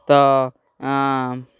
ତ